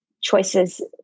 choices